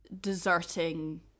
deserting